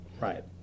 Right